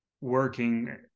working